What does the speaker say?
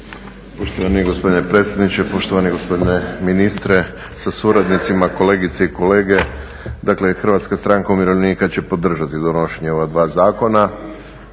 Poštovani gospodine predsjedniče, poštovani gospodine ministre sa suradnicima, kolegice i kolege. Dakle, Hrvatska stranka umirovljenika će podržati donošenje ova dva zakona.